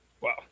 Wow